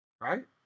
right